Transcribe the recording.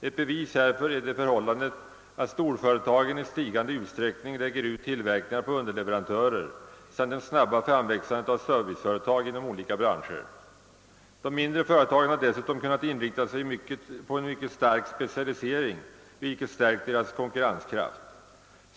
Ett bevis härför är det förhållandet att storföretagen i stigande utsträckning lägger ut tillverkningar på underleverantörer samt det snabba framväxandet av serviceföretag inom olika branscher. De mindre företagen har dessutom kunnat inrikta sig på en mycket stark specialisering, vilket har stärkt deras konkurrenskraft.